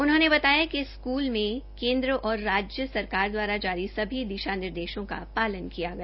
उन्होंने बताया कि स्कूल में केन्द्र और राज्य सरकार द्वारा जारी सभी दिशानिर्देशों का पालन किया गया